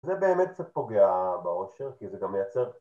זה באמת קצת פוגע בראש, כי זה גם מייצר